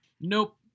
Nope